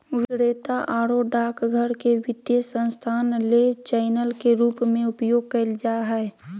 विक्रेता आरो डाकघर के वित्तीय संस्थान ले चैनल के रूप में उपयोग कइल जा हइ